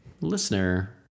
listener